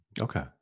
Okay